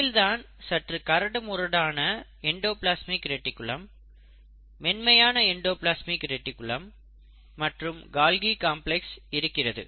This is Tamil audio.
இதில் தான் சற்று கரடு முரடான எண்டோப்லஸ்மிக் ரெடிக்குலம் மென்மையான எண்டோப்லஸ்மிக் ரெடிக்குலம் மற்றும் கால்கி காம்ப்ளக்ஸ் இருக்கிறது